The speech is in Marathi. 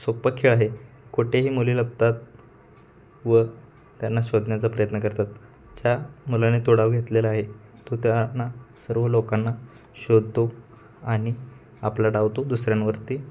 सोपा खेळ आहे कोठेही मुली लपतात व त्यांना शोधण्याचा प्रयत्न करतात ज्या मुलाने तो डाव घेतलेला आहे तो त्यांना सर्व लोकांना शोधतो आणि आपला डाव तो दुसऱ्यांवरती